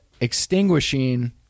extinguishing